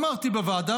אמרתי בוועדה,